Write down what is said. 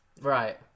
Right